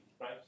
right